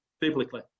biblically